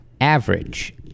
average